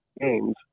games